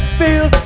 feel